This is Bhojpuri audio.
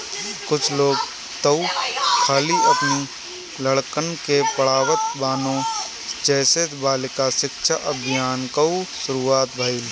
कुछ लोग तअ खाली अपनी लड़कन के पढ़ावत बाने जेसे बालिका शिक्षा अभियान कअ शुरुआत भईल